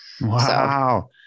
Wow